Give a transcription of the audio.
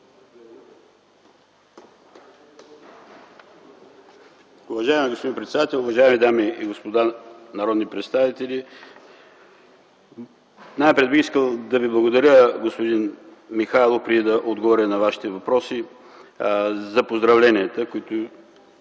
Уважаеми господин председател, уважаеми дами и господа народни представители! Най-напред бих искал да Ви благодаря, господин Михайлов, преди да отговоря на Вашите въпроси, за поздравленията, които